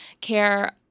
care